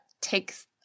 takes